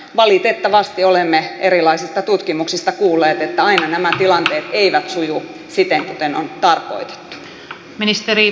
valitettavasti olemme erilaisista tutkimuksista kuulleet että aina nämä tilanteet eivät suju siten kuten on tarkoitettu